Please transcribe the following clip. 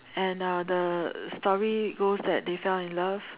and uh the story goes that they fell in love